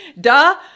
duh